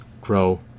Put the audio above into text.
grow